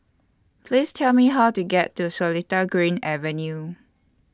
Please Tell Me How to get to Seletar Green Avenue